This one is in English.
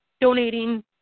donating